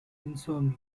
insomnia